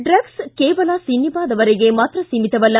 drugs ಕೇವಲ ಸಿನಿಮಾದವರಿಗೆ ಮಾತ್ರ ಸೀಮಿತವಲ್ಲ